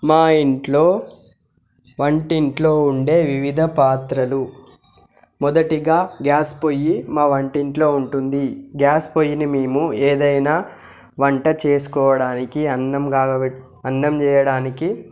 మా ఇంట్లో వంటింట్లో ఉండే వివిధ పాత్రలు మొదటిగా గ్యాస్ పొయ్యి మా వంటింట్లో ఉంటుంది గ్యాస్ పొయ్యిని మేము ఏదైనా వంట చేసుకోవడానికి అన్నంకాగబె అన్నం చేయడానికి